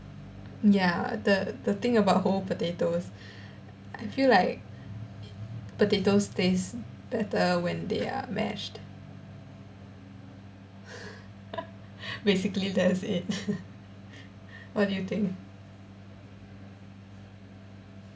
ya the the thing about whole potatoes I feel like potatoes taste better when they are mashed basically that's it what do you think